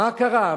מה קרה?